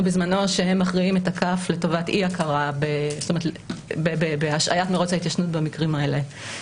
בזמנו שהם מכריעים את הכף לטובת השהיית מרוץ ההתיישנות במקרים האלה.